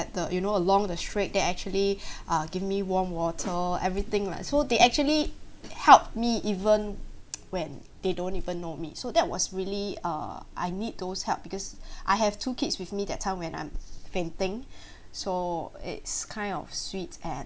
at the you know along the street they actually uh give me warm water everything lah so they actually helped me even when they don't even know me so that was really err I need those help because I have two kids with me that time when I'm fainting so it's kind of sweets and